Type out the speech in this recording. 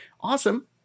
awesome